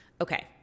Okay